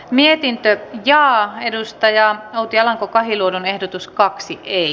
mietintö ja edustaja outi alanko kahiluodonehdotus kaksi ei